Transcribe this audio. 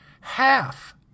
Half